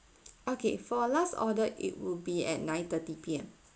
okay for last order it will be at nine-thirty P_M